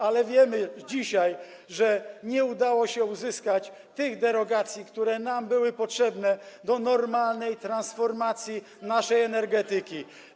Ale wiemy dzisiaj, że nie udało się uzyskać tych derogacji, które nam były potrzebne do normalnej transformacji naszej energetyki.